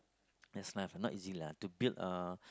that's life not easy lah to build a